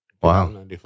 Wow